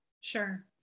Sure